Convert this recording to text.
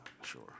Sure